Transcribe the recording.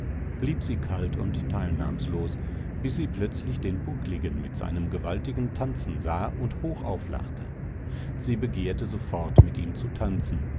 blieb sie kalt und teilnahmlos bis sie plötzlich den buckligen mit seinem gewaltigen tanzen sah und hoch auflachte sie begehrte sofort mit ihm zu tanzen